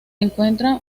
encuentra